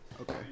Okay